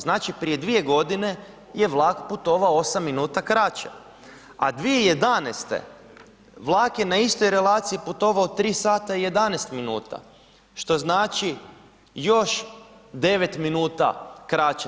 Znači prije 2 godine je vlak putovao 8 minuta kraće, a 2011. vlak je na istoj relaciji putovao 3 h i 11 minuta, što znači još 9 minuta kraće.